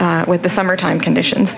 with the summertime conditions